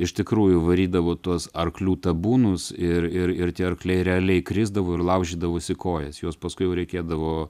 iš tikrųjų varydavo tuos arklių tabūnus ir ir tie arkliai realiai krisdavo ir laužydavosi kojas juos paskui jau reikėdavo